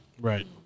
Right